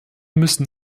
müssen